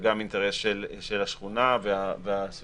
וגם אינטרס של השכונה והסביבה,